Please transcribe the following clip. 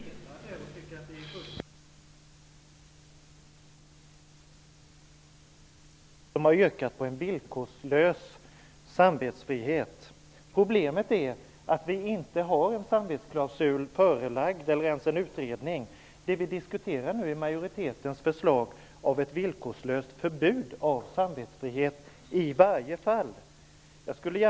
Herr talman! Jag respekterar engagemanget för patienten och delar det och tycker att det är fullt naturligt. Jag har inte hört att någon, allra minst jag själv, har yrkat på en villkorslös samvetsfrihet. Problemet är att vi inte har en samvetsklausul oss förelagd eller ens en utredning. Det vi diskuterar nu är majoritetens förslag om ett villkorslöst förbud mot samvetsfrihet i varje fall.